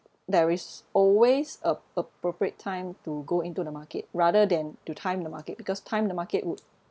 there is always a appropriate time to go into the market rather than to time the market because time the market would